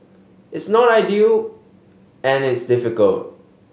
it's not ideal and it's difficult